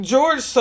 George